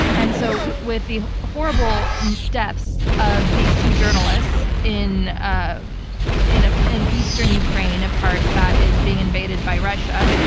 and so with the horrible deaths of these two journalists in um in ah and eastern ukraine, a part that is being invaded by russia,